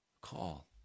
Call